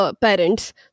parents